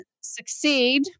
succeed